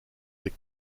des